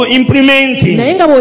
implementing